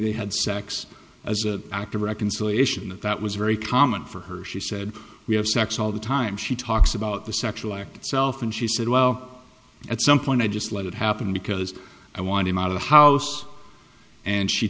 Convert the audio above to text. they had sex as a act of reconciliation that was very common for her she said we have sex all the time she talks about the sexual act itself and she said well at some point i just let it happen because i want him out of the house and she